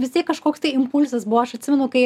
vis tiek kažkoks impulsas buvo aš atsimenu kai